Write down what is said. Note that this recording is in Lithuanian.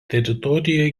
teritorijoje